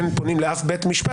אין פונים לאף בית משפט,